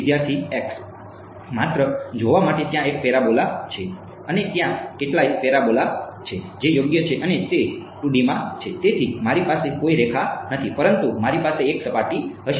વિદ્યાર્થી X માત્ર જોવા માટે ત્યાં એક પેરાબોલા છે અને ત્યાં કેટલાય પેરાબોલા છે જે યોગ્ય છે અને તે 2D માં છે તેથી મારી પાસે કોઈ રેખા નથી પરંતુ મારી પાસે એક સપાટી હશે